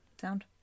sound